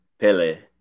Pele